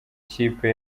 kipe